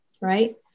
Right